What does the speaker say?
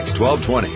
1220